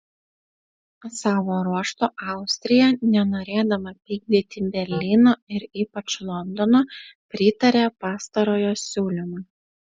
savo ruožtu austrija nenorėdama pykdyti berlyno ir ypač londono pritarė pastarojo siūlymui